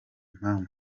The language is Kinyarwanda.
mpamvu